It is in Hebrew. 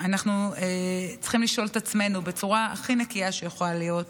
אנחנו צריכים לשאול את עצמנו בצורה הכי נקייה שיכול להיות: